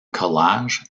collage